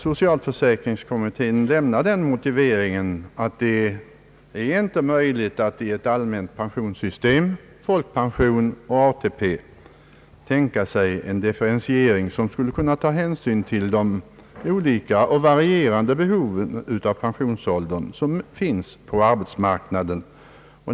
Socialförsäkringskommittén läm nade den motiveringen, att det inte är möjligt att i ett allmänt pensionssystem med folkpension och ATP tänka sig en differentiering, som skulle kunna ta hänsyn till de olika och varierande behoven beträffande pensionsåldern som finns på arbetsmarknaden.